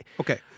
Okay